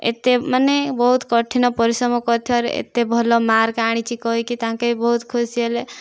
ଏତେ ମାନେ ବହୁତ କଠିନ ପରିଶ୍ରମ କରିଥିବାରୁ ଏତେ ଭଲ ମାର୍କ ଆଣିଛି କହିକି ତାଙ୍କେ ବି ବହୁତ ଖୁସି ହେଲେ